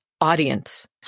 audience